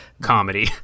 comedy